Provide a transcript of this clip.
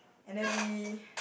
and then we